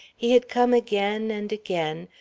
he had come again and again,